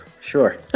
sure